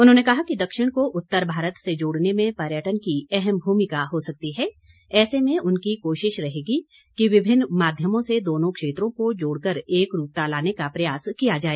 उन्होंने कहा कि दक्षिण को उत्तर भारत से जोड़ने में पर्यटन की अहम भूमिका हो सकती है ऐसे में उनकी कोशिश रहेगी कि विभिन्न माध्यमों से दोनों क्षेत्रों को जोड़कर एकरूपता लाने का प्रयास किया जाए